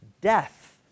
Death